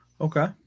Okay